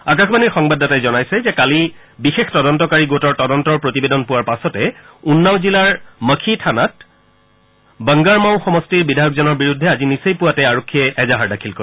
আকাশবাণীৰ সংবাদদাতাই জনাইছে যে কালি বিশেষ তদন্তকাৰী গোটৰ তদন্তৰ প্ৰতিবেদন পোৱাৰ পাছতে উন্নাও জিলাৰ মাখি থানাত বাংগাৰমাউ সমষ্টিৰ বিধায়কজনৰ বিৰুদ্ধে আজি নিচেই পূৱাতে আৰক্ষীয়ে এজাহাৰ দাখিল কৰে